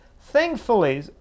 thankfully